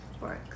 work